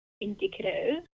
indicative